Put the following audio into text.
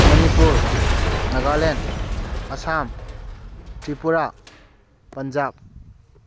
Manipur Nagaland Assam Tripura Punjab